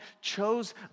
chose